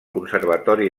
conservatori